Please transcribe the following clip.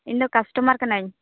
ᱤᱧᱫᱚ ᱠᱟᱥᱴᱚᱢᱟᱨ ᱠᱟᱱᱟᱹᱧ